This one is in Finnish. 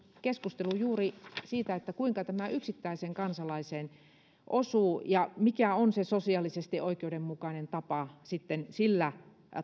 keskusteluun juuri siitä kuinka tämä osuu yksittäiseen kansalaiseen ja mikä on se sosiaalisesti oikeudenmukainen tapa sitten sillä